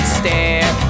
stare